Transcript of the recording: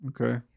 okay